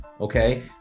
Okay